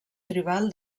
tribal